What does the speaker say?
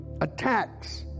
attacks